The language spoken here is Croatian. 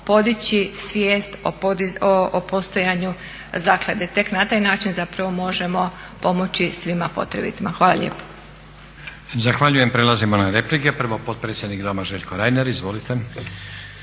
podići svijest o postojanju zaklade. Tek na taj način zapravo možemo pomoći svima potrebitima. Hvala lijepo.